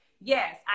Yes